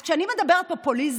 אז כשאני מדברת על פופוליזם,